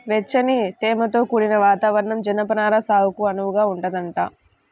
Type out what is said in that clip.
వెచ్చని, తేమతో కూడిన వాతావరణం జనపనార సాగుకు అనువుగా ఉంటదంట